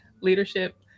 leadership